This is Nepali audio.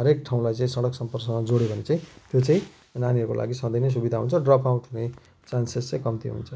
हरेक ठाउँलाई चाहिँ सडक सम्पर्कमा जोड्यो भने चाहिँ त्यो चाहिँ नानीहरूको लागि सधैँ नै सुविधा हुन्छ ड्रप आउट हुने चान्सेस चाहिँ कम्ती हुन्छ